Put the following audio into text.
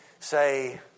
Say